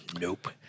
Nope